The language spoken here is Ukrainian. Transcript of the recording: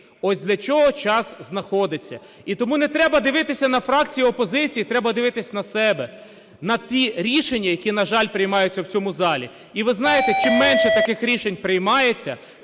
ось для чого час знаходиться. І тому не треба дивитися на фракції опозиції, треба дивитися на себе, на ті рішення, які, на жаль, приймаються в цьому залі. І ви знаєте, чим менше таких рішень приймається,